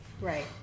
Right